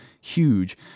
huge